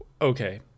Okay